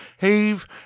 Heave